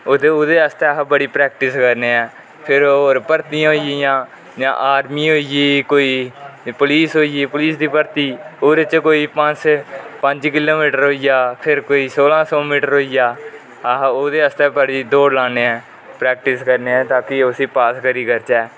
ओहदे आस्ते बड़ी प्रक्टिस करने हा फिर और भर्तियां होई गेइयां जां आर्मी होई गेई कोई पुलीस होई गेई पलीस दी भर्ती ओहदे च कोई पंज किलोमिटर होई गया फिर कोई सोलहा सो मिटर होई गया अस ओहदे आस्ते बडी दौड़ लाने प्रैक्टिस करने आं ताकी उसी पास करी करचे